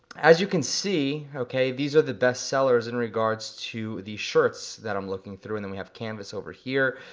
as you can see, okay, these are the bestsellers in regards to the shirts that i'm looking through, and then we have canvas over here.